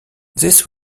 these